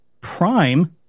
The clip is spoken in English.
prime